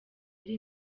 ari